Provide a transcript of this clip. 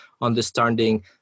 understanding